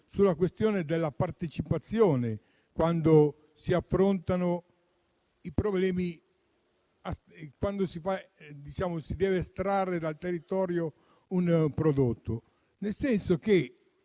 la questione della partecipazione, quando si affrontano problemi quali l'estrazione dal territorio di un prodotto, nel senso che